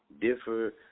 differ